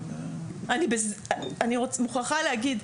אני מוכרחה להגיד,